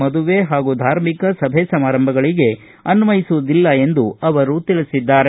ಮದುವೆ ಹಾಗೂ ಧಾರ್ಮಿಕ ಸಭೆ ಸಮಾರಂಭಗಳಿಗೆ ಅನ್ವಯಿಸುವುದಿಲ್ಲ ಎಂದು ಅವರು ತಿಳಿಸಿದ್ದಾರೆ